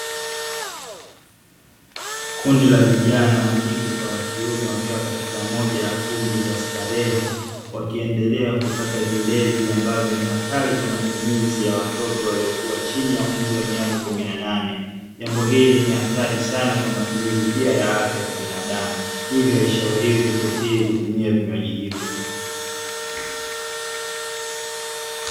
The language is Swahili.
Kundi la vijana wakike kwa wakiume wakiwa katika moja ya kumbi za starehe wakiendelea kupata vilevi ambavyo ni hatari kwa matumizi ya watoto waliokuwa chini ya umri wa miaka kumi na nane, jambo hili ni hatari sana kwa matumizi pia ya afya ya kibinadamu hivyo haishauriwi kukithiri kutumia vinywaji hivyo.